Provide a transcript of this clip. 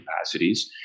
capacities